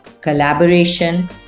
collaboration